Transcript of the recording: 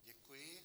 Děkuji.